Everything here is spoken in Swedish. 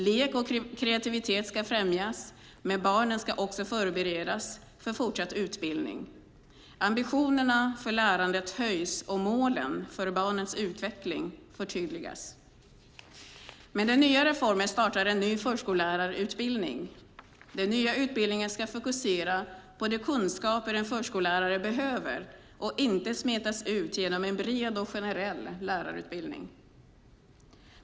Lek och kreativitet ska främjas, men barnen ska också förberedas för fortsatt utbildning. Ambitionerna för lärandet höjs, och målen för barnets utveckling förtydligas. Med den nya reformen startar en ny förskollärarutbildning. Den nya utbildningen ska fokusera på de kunskaper en förskollärare behöver och inte smetas ut genom en bred och generell lärarutbildning.